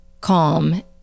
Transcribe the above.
calm